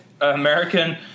American